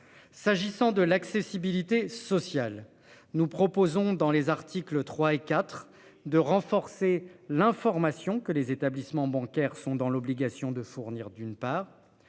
S'agissant de l'accessibilité sociale nous proposons dans les articles 3 et 4 de renforcer l'information que les établissements bancaires sont dans l'obligation de fournir, d'une part